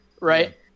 right